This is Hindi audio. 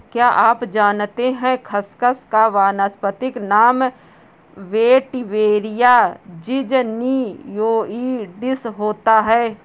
क्या आप जानते है खसखस का वानस्पतिक नाम वेटिवेरिया ज़िज़नियोइडिस होता है?